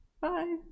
Bye